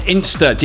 Insta